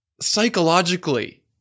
psychologically